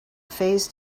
phase